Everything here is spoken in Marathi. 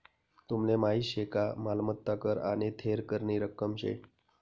तुमले माहीत शे का मालमत्ता कर आने थेर करनी रक्कम शे